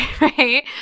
right